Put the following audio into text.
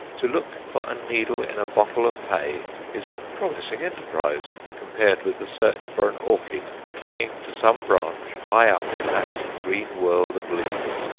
to look for a needle in a bottle of hay is a promising enterprise compared with the search for an orchid clinging to some branch high up in that green world of leaves.